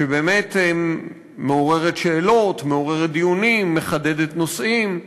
שבאמת מעוררת שאלות, מעוררת דיונים, מחדדת נושאים.